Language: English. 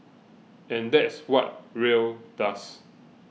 and that's what Rae does